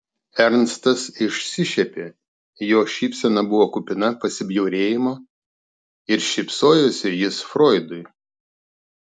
ernstas išsišiepė jo šypsena buvo kupina pasibjaurėjimo ir šypsojosi jis froidui